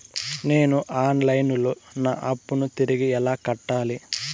నేను online లో నా అప్పును తిరిగి ఎలా కట్టాలి?